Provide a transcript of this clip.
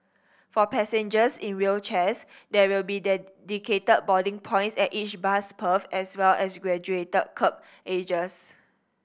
for passengers in wheelchairs there will be dedicated boarding points at each bus berth as well as graduated kerb edges